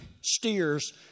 steers